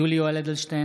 (קורא בשמות חברי הכנסת) יולי יואל אדלשטיין,